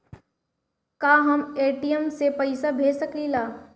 का हम ए.टी.एम से पइसा भेज सकी ले?